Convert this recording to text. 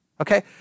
Okay